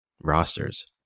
rosters